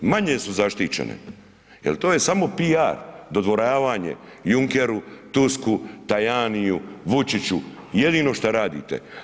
Manje su zaštićene jer to je samo PR, dodvoravanje Junckeru, Tusku, Tajaniju, Vučiću, jedino što radite.